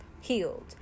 healed